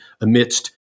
amidst